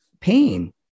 pain